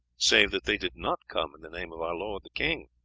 save that they did not come in the name of our lord the king.